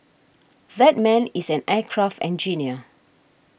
that man is an aircraft engineer